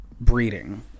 breeding